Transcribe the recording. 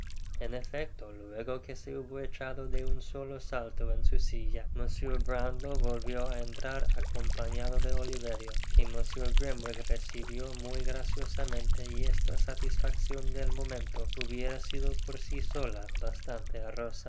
en efecto luego que se hubo echado de un solo salto en su silla mr browhíow volvió a entrar acompañado de oliverio que mr grimwig recibió muy graciosamente y esta satisfaccion del momento hubiera sido por si sola